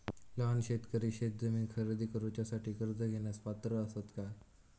लहान शेतकरी शेतजमीन खरेदी करुच्यासाठी कर्ज घेण्यास पात्र असात काय?